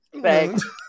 Thanks